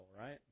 right